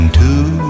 two